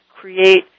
create